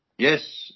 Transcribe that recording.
Yes